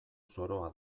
zoroa